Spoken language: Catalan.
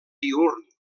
diürn